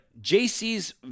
JC's